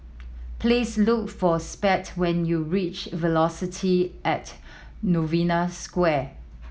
please look for when you reach Velocity at Novena Square